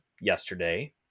yesterday